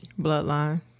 Bloodline